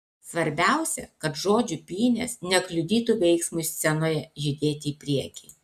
svarbiausia kad žodžių pynės nekliudytų veiksmui scenoje judėti į priekį